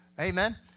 Amen